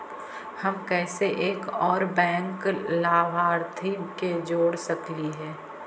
हम कैसे एक और बैंक लाभार्थी के जोड़ सकली हे?